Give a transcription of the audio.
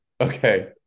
Okay